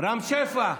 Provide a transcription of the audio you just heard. רם שפע.